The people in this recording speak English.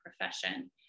profession